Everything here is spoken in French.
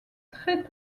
très